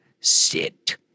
sit